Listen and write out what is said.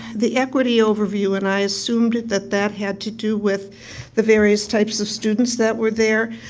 the equity overview, and i assumed that that had to do with the various types of students that were there.